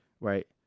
right